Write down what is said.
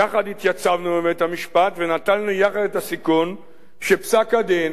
יחד התייצבנו בבית-המשפט ונטלנו יחד את הסיכון שפסק-הדין